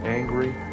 angry